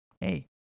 Hey